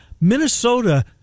Minnesota